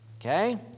okay